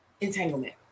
entanglement